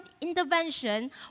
intervention